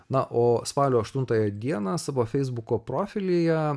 na o spalio aštuntąją dieną savo feisbuko profilyje